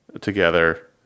together